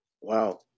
Wow